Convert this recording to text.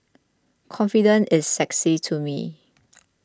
confidence is sexy to me